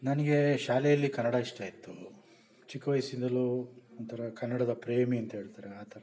ನನಗೆ ಶಾಲೆಯಲ್ಲಿ ಕನ್ನಡ ಇಷ್ಟ ಇತ್ತು ಚಿಕ್ಕ ವಯಸ್ಸಿನಲ್ಲೂ ಒಂಥರ ಕನ್ನಡದ ಪ್ರೇಮಿ ಅಂತ ಹೇಳ್ತಾರೆ ಆ ಥರ